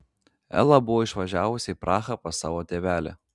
ela buvo išvažiavusi į prahą pas savo tėvelį